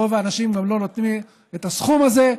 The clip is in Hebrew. רוב האנשים גם לא נותנים את הסכום הזה,